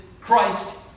Christ